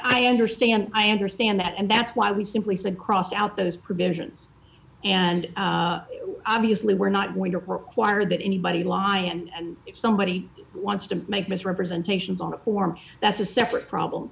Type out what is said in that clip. i understand i understand that and that's why we simply said crossed out those provisions and obviously we're not going to require that anybody lie and if somebody wants to make misrepresentations on a form that's a separate problem